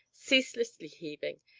ceaselessly heaving,